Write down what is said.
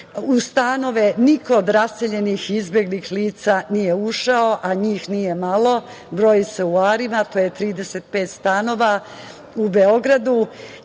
U stanove niko od raseljenih i izbeglih lica nije ušao, a njih nije malo, broji se arima, to je 35 stanova u Beogradu